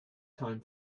time